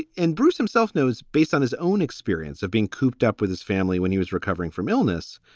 and bruce himself knows, based on his own experience of being cooped up with his family when he was recovering from illness,